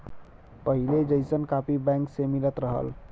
पहिले जइसन copy bank से मिलत रहल